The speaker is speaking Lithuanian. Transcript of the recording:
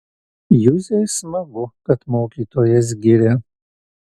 juzei smagu kad mokytojas giria